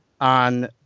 on